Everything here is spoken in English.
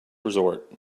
resort